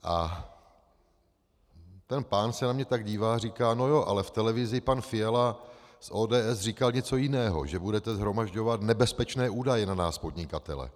A ten pán se na mě tak dívá a říká: No jo, ale v televizi pan Fiala z ODS říkal něco jiného, že budete shromažďovat nebezpečné údaje na nás podnikatele...